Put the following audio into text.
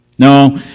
No